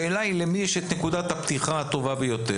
השאלה היא למי יש את נקודת הפתיחה הטובה ביותר.